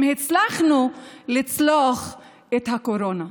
אם הצלחנו לצלוח את הקורונה.